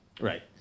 Right